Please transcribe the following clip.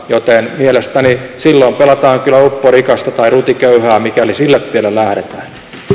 joten mielestäni silloin pelataan kyllä upporikasta tai rutiköyhää mikäli sille tielle lähdetään